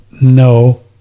no